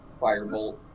Firebolt